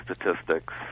statistics